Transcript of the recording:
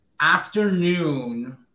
afternoon